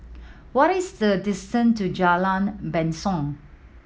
what is the distance to Jalan Basong